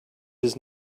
his